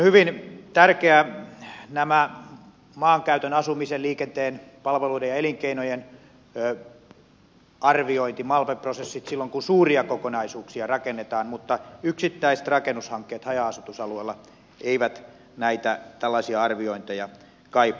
hyvin tärkeitä ovat nämä maankäytön asumisen liikenteen palveluiden ja elinkeinojen arvioinnit malpe prosessit silloin kun suuria kokonaisuuksia rakennetaan mutta yksittäiset rakennushankkeet haja asutusalueella eivät näitä tällaisia arviointeja kaipaa